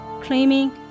claiming